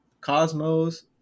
cosmos